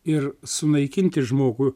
ir sunaikinti žmogų